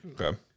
Okay